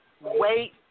wait